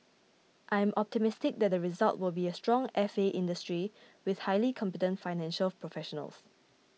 I'm optimistic that the result will be a stronger F A industry with highly competent financial professionals